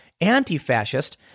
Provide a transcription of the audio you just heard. anti-fascist